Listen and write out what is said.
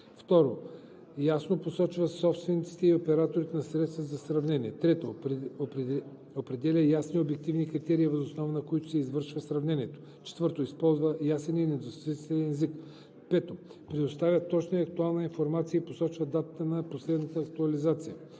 2. ясно посочва собствениците и операторите на средството за сравнение; 3. определя ясни и обективни критерии, въз основа на които се извършва сравнението; 4. използва ясен и недвусмислен език; 5. предоставя точна и актуална информация и посочва датата на последната актуализация;